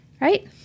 Right